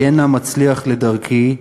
היה נא מצליח לדרכי,